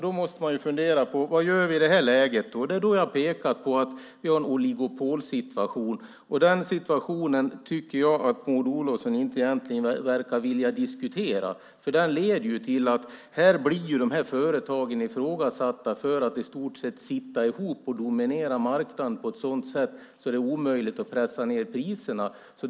Då måste man fundera på: Vad gör vi i det här läget? Jag har pekat på att vi har en oligopolsituation. Den situationen tycker jag att Maud Olofsson egentligen inte verkar vilja diskutera. Den leder till att företagen blir ifrågasatta därför att de i stort sett sitter ihop och dominerar marknaden på ett sådant sätt att det är omöjligt att pressa ned priserna.